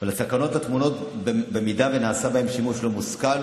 לסכנות הטמונות בהן במידה שנעשה בהן שימוש לא מושכל,